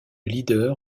leader